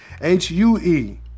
H-U-E